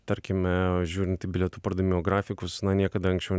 tarkime žiūrint į bilietų pardavimo grafikus na niekada anksčiau